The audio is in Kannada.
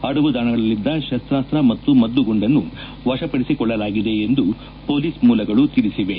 ಅಡಗುತಾಣಗಳಲ್ಲಿದ್ದ ಶಸ್ತಾಸ್ತ ಮತ್ತು ಮದ್ದುಗುಂಡನ್ನು ವಶಪಡಿಸಿಕೊಳ್ಳಲಾಗಿದೆ ಎಂದು ಮೊಲೀಸ್ ಮೂಲಗಳು ತಿಳಿಸಿವೆ